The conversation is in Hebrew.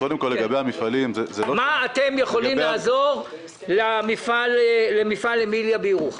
קודם כול לגבי המפעלים --- במה אתם יכולים לעזור למפעל אמיליה בירוחם?